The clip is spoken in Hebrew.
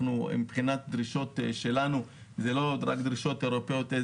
אנחנו מבחינת הדרישות שלנו זה לא רק דרישות אירופאיות as